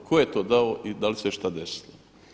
Tko je to dao i da li se šta desilo?